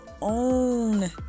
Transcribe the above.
own